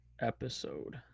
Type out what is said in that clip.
episode